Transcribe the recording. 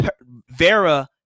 Vera